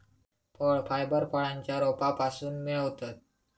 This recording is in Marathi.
फळ फायबर फळांच्या रोपांपासून मिळवतत